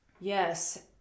Yes